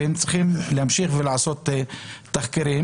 הם צריכים להמשיך ולעשות תחקירים.